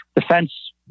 defense